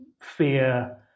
fear